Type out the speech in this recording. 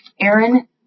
Aaron